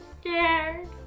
scared